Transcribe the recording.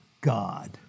God